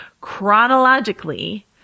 chronologically